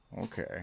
Okay